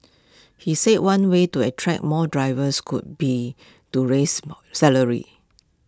he said one way to attract more drivers could be to raise salaries